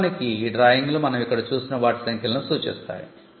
వాస్తవానికి ఈ డ్రాయింగ్లు మనం ఇక్కడ చూసిన వాటి సంఖ్యలను సూచిస్తాయి